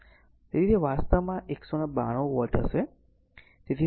તેથી તે વાસ્તવમાં 192 વોટ હશે